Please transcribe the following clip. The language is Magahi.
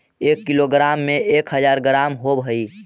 एक किलोग्राम में एक हज़ार ग्राम होव हई